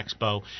expo